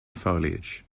foliage